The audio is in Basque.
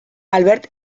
albert